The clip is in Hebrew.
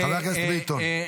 חבר הכנסת ביטון, בבקשה.